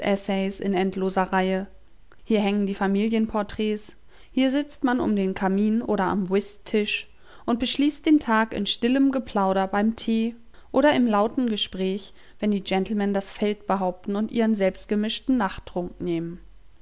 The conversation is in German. in endloser reihe hier hängen die familien porträts hier sitzt man um den kamin oder am whisttisch und beschließt den tag in stillem geplauder beim tee oder im lauten gespräch wenn die gentlemen das feld behaupten und ihren selbstgemischten nachttrunk nehmen